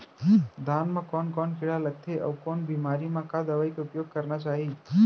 धान म कोन कोन कीड़ा लगथे अऊ कोन बेमारी म का दवई के उपयोग करना चाही?